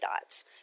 dots